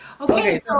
Okay